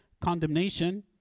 condemnation